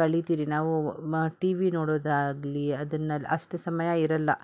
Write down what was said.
ಕಳಿತೀರಿ ನಾವು ಮ T V ನೋಡೋದಾಗಲಿ ಅದರಲ್ಲಿ ಅಷ್ಟು ಸಮಯ ಇರೊಲ್ಲ